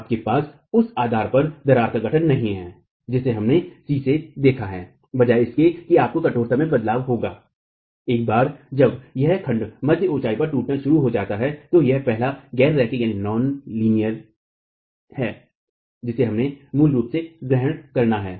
आपके पास उस आधार पर दरार का गठन नहीं है जिसे हमने c से देखा है बजाय इसके कि आपको कठोरता में बदलाव होगा एक बार जब यह खंड मध्य ऊंचाई पर टूटना शुरू हो जाता है तो यह पहला गैर रैखिक है जिसे हमने मूल रूप से ग्रहण करना है